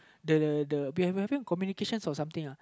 the the the we have one communications or something uh